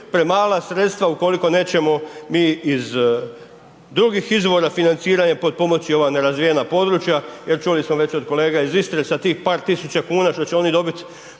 premala sredstva ukoliko nećemo iz drugih izvora financiranja potpomoći ova nerazvijena područja, jer čuli smo već od kolega iz Istre, sa tih par tisuća kuna što će oni dobit,